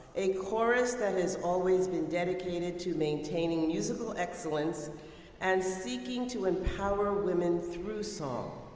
a chorus that has always been dedicated to maintaining musical excellence and seeking to empower women through song.